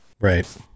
Right